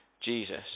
Jesus